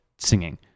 Singing